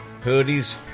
hoodies